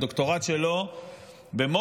הדוקטורט שלו במוסקבה,